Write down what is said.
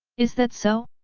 is that so?